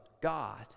God